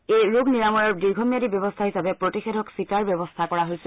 এই ৰোগ নিৰাময়ৰ দীৰ্ঘম্যাদী ব্যৱস্থা হিচাপে প্ৰতিষেধক ছিটাৰ ব্যৱস্থা কৰা হৈছে